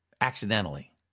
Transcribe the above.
accidentally